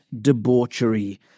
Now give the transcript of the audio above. debauchery